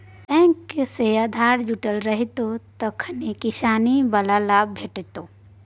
bank सँ आधार जुटल रहितौ तखने किसानी बला लाभ भेटितौ